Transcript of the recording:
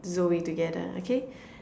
Zoe together okay